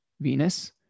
Venus